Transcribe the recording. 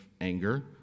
anger